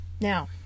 Now